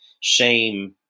shame